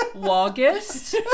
August